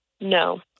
No